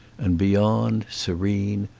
and beyond, serene,